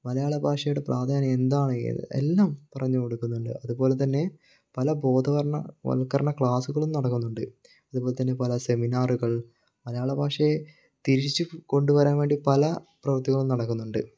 മലയാള ഭാഷയുടെ പ്രാധാന്യം എന്താണ് എല്ലാം പറഞ്ഞു കൊടുക്കുന്നുണ്ട് അതുപോലെതന്നെ പല ബോധവൽക്കരണ ക്ലാസ്സുകളും നടക്കുന്നുണ്ട് അതുപോലെതന്നെ പല സെമിനാറുകൾ മലയാളഭാഷയെ തിരിച്ചുകൊണ്ടുവരാൻ വേണ്ടി പല പ്രവൃത്തികളും നടക്കുന്നുണ്ട്